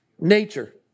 Nature